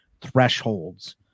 thresholds